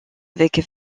avec